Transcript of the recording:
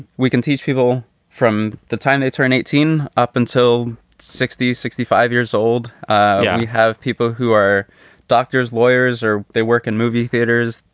we can teach people from the time they turn eighteen up until sixty, sixty five years old. you have people who are doctors, lawyers, or they work in movie theaters.